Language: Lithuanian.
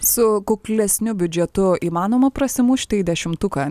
su kuklesniu biudžetu įmanoma prasimušti į dešimtuką